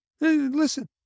Listen